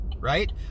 Right